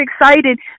excited